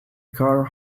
car